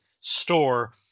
store